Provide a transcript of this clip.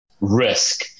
risk